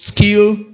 Skill